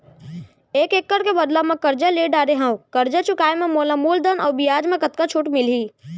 एक एक्कड़ के बदला म करजा ले डारे हव, करजा चुकाए म मोला मूलधन अऊ बियाज म कतका छूट मिलही?